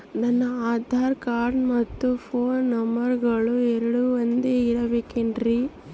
ನನ್ನ ಆಧಾರ್ ಕಾರ್ಡ್ ಮತ್ತ ಪೋನ್ ನಂಬರಗಳು ಎರಡು ಒಂದೆ ಇರಬೇಕಿನ್ರಿ?